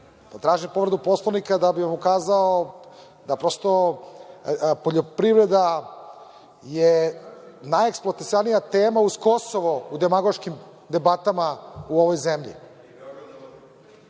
Izvolite. Tražim povredu Poslovnika da bih vam ukazao da prosto poljoprivreda je najeksploatisanija tema uz Kosovo u demagoškim debatama u ovoj zemlji. Da